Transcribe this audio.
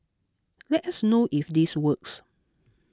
let us know if this works